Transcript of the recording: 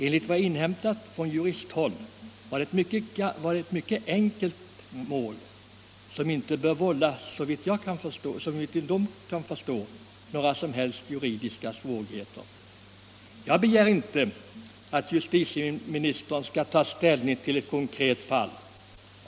Enligt vad jag inhämtat från juristhåll var det ett mycket enkelt mål, som — såvitt jag kan förstå — inte borde ha vållat några som helst juridiska svårigheter. Jag begär inte att justitieministern skall ta ställning till ett konkret fall.